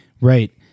Right